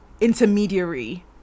Intermediary